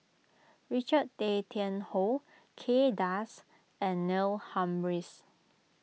Richard Tay Tian Hoe Kay Das and Neil Humphreys